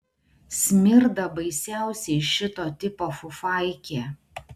smirda baisiausiai šito tipo fufaikė